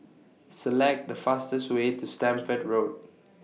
Select The fastest Way to Stamford Road